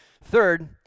Third